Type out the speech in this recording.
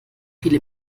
viele